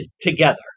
together